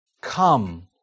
Come